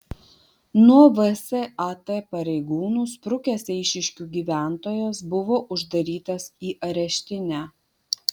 nuo vsat pareigūnų sprukęs eišiškių gyventojas buvo uždarytas į areštinę